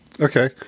Okay